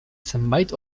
zenbait